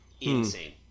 Insane